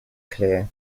clear